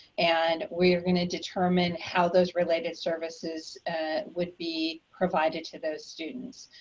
and we are gonna determine how those related services would be provided to those students.